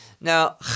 now